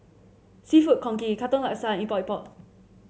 seafood congee Katong Laksa Epok Epok